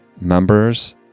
members